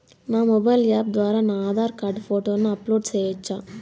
నా mobile app ద్వారా నా ఆధార్ కార్డు ఫోటోను అప్లోడ్ సేయొచ్చా?